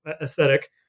aesthetic